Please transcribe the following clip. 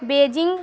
Beijing